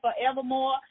forevermore